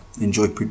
enjoy